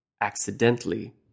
accidentally